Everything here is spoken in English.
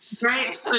Right